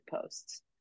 posts